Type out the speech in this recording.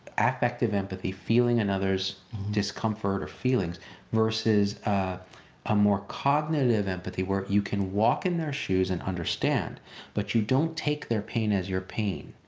affective empathy, feeling another's discomfort or feelings versus a more cognitive empathy where you can walk in their shoes and understand but you don't take their pain as your pain.